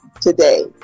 Today